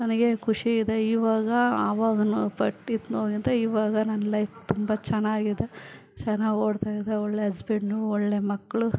ನನಗೆ ಖುಷಿ ಇದೆ ಇವಾಗ ಅವಾಗ ನಾವು ಪಟ್ಟಿದ ನೋವಿಗಿಂತ ಇವಾಗ ನನ್ನ ಲೈಫ್ ತುಂಬ ಚೆನ್ನಾಗಿದೆ ಚೆನ್ನಾಗ್ ಓಡ್ತಾಯಿದೆ ಒಳ್ಳೆ ಅಸ್ಬೆಂಡು ಒಳ್ಳೆ ಮಕ್ಕಳು